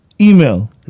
Email